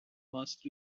must